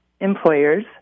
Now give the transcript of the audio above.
employers